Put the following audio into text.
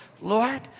Lord